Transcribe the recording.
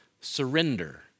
surrender